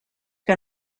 que